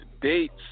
Dates